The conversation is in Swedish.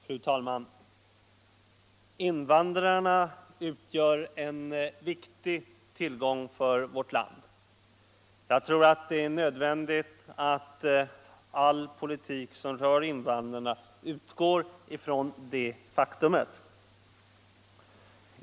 Fru talman! Invandrarna utgör en viktig tillgång för vårt land. Jag tror att det är nödvändigt att all politik som rör invandrarna utgår från detta faktum.